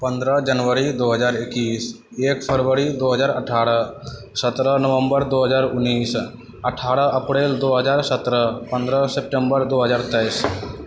पन्द्रह जनवरी दो हजार एकैस एक फरवरी दो हजार अठारह सतरह नवम्बर दो हजार उनैस अठारह अप्रैल दो हजार सतरह पन्द्रह सेप्टेम्बर दो हजार तेइस